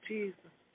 Jesus